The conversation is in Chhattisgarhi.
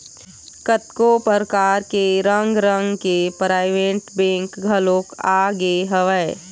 कतको परकार के रंग रंग के पराइवेंट बेंक घलोक आगे हवय